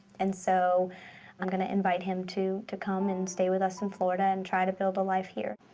and so i'm gonna invite him to to come and stay with us in florida and try to build a life here.